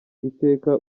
iteka